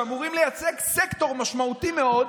שאמור לייצג סקטור משמעותי מאוד,